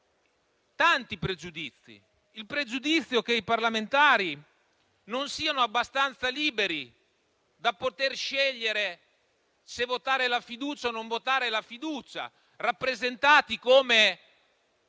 tanti, i pregiudizi: il pregiudizio che i parlamentari non siano abbastanza liberi da poter scegliere se votare o non votare la fiducia, rappresentati come